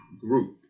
group